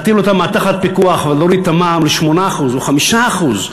להטיל אותם תחת פיקוח ולהוריד את המע"מ ל-8% או 5%,